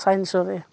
ছায়ন্ঞ্চ'ৰে